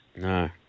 No